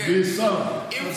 בלי שר?